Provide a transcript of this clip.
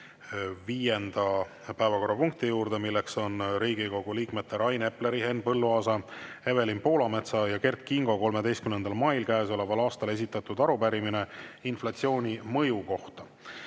viienda päevakorrapunkti juurde, milleks on Riigikogu liikmete Rain Epleri, Henn Põlluaasa, Evelin Poolametsa ja Kert Kingo 13. mail käesoleval aastal esitatud arupärimine inflatsiooni mõju kohta